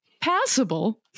passable